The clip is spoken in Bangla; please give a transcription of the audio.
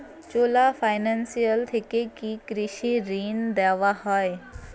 চোলা ফাইন্যান্স থেকে কি কৃষি ঋণ দেওয়া হয়?